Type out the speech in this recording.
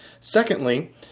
Secondly